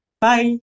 Bye